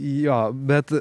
jo bet